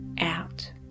out